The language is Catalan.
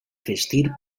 vestir